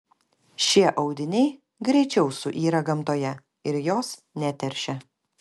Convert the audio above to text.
šie audiniai greičiau suyra gamtoje ir jos neteršia